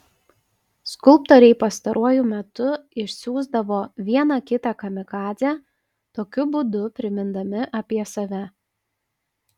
skulptoriai pastaruoju metu išsiųsdavo vieną kitą kamikadzę tokiu būdu primindami apie save